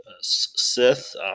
Sith